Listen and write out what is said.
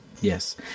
Yes